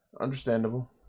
Understandable